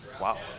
Wow